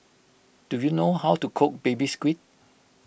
do you know how to cook Baby Squid